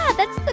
that's the